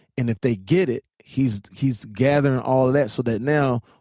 and if they get it, he's he's gathering all that so that now,